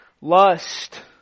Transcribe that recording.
lust